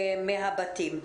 מהבתים.